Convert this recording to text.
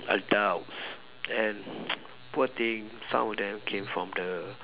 like doubts and poor thing thing some of them came from the